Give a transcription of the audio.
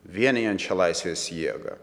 vienijančią laisvės jėgą